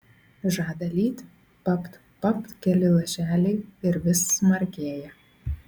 žada lyti papt papt keli lašeliai ir vis smarkėja